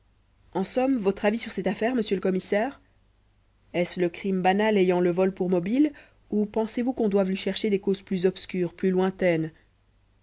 en somme votre avis sur cette affaire monsieur le commissaire est-ce le crime banal ayant le vol pour mobile ou pensez-vous qu'on doive lui chercher des causes plus obscures plus lointaines